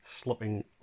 slipping